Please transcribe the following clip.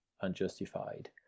unjustified